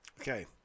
Okay